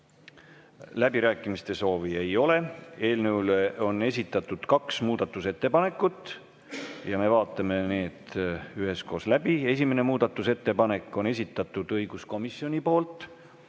Läbirääkimiste soovi ei ole. Eelnõu kohta on esitatud kaks muudatusettepanekut ja me vaatame need üheskoos läbi. Esimese muudatusettepaneku on esitanud õiguskomisjon.